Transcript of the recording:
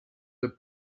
the